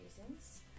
reasons